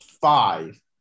five